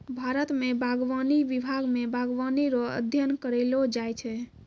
भारत मे बागवानी विभाग मे बागवानी रो अध्ययन करैलो जाय छै